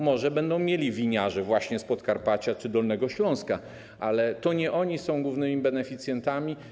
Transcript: Może będą mieli winiarze z Podkarpacia czy Dolnego Śląska, ale to nie oni są głównymi beneficjentami.